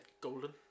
Golden